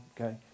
Okay